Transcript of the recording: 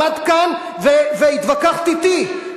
עמדת כאן והתווכחת אתי,